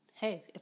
Hey